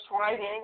writing